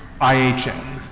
IHN